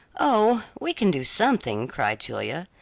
oh, we can do something, cried julia.